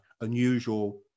unusual